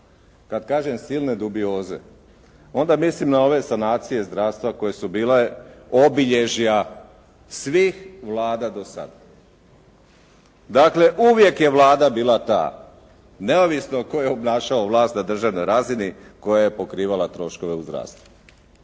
Kad kažem silne dubioze, onda mislim na ove sanacije zdravstva koje su bile obilježja svih Vlada do sada. Dakle, uvijek je Vlada bila ta neovisno tko je obnašao vlast na državnoj razini koja je pokrivala troškove u zdravstvu